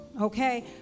okay